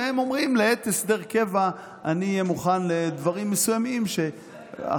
והם אומרים: לעת הסדר קבע אני אהיה מוכן לדברים מסוימים שאחרים,